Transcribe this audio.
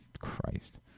Christ